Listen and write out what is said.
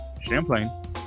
Champlain